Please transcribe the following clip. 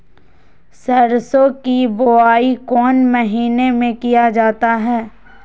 सरसो की बोआई कौन महीने में किया जाता है?